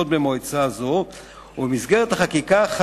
היום במסגרת שידורי הטלוויזיה בכבלים.